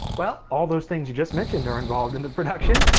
well, all those things you just mentioned are involved in the production.